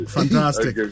Fantastic